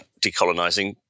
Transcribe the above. decolonizing